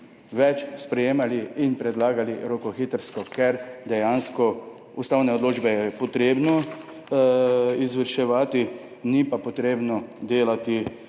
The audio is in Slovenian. več sprejemali in predlagali rokohitrsko. Ker je dejansko ustavne odločbe potrebno izvrševati, ni pa potrebno delati